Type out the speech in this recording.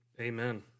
Amen